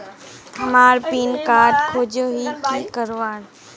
हमार pin code खोजोही की करवार?